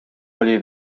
oli